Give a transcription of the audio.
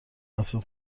رفتیم